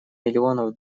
миллионов